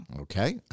Okay